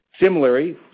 Similarly